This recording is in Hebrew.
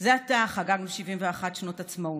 זה עתה חגגנו 71 שנות עצמאות.